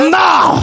now